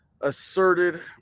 asserted